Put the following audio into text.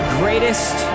greatest